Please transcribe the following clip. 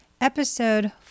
Episode